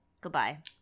goodbye